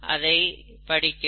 அதை படிக்கவும்